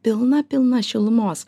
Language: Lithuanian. pilna pilna šilumos